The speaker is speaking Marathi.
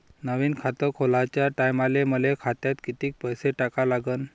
नवीन खात खोलाच्या टायमाले मले खात्यात कितीक पैसे टाका लागन?